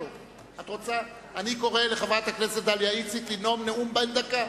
אני קורא לחברת הכנסת דליה איציק לקרוא נאום בן דקה.